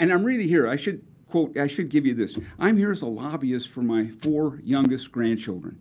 and i'm really here i should quote i should give you this. i'm here as a lobbyist for my four youngest grandchildren.